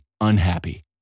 unhappy